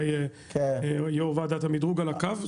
אולי יושב-ראש ועדת המדרוג על הקו?